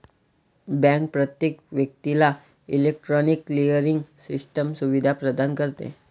bank प्रत्येक व्यक्तीला electronic clearing system सुविधा प्रदान करते